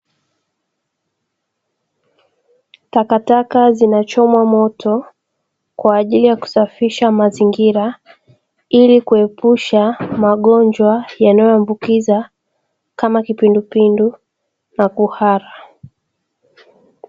Takataka zinachomwa moto kwa ajili ya kusafisha mazingira, ili kuepusha magonjwa yanayoambukiza, kama kipindupindu na kuhara.